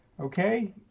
Okay